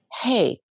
hey